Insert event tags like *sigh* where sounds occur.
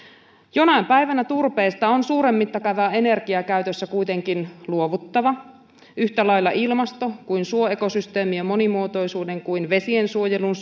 jonain päivänä turpeesta on suuren mittakaavan energiakäytössä kuitenkin luovuttava yhtä lailla ilmaston suoekosysteemien monimuotoisuuden kuin vesiensuojelun *unintelligible*